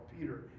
Peter